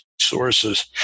sources